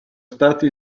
stati